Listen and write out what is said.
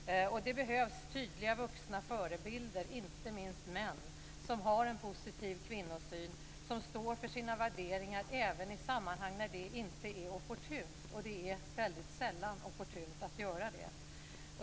Det behövs tydliga vuxna förebilder, inte minst män, som har en positiv kvinnosyn, som står för sina värderingar även i sammanhang när det inte är opportunt - och det är väldigt sällan opportunt att göra det.